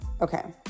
Okay